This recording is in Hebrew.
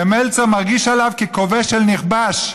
ומלצר מרגיש עליו ככובש אל נכבש,